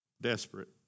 Desperate